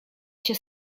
się